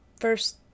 first